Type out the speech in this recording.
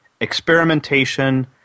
experimentation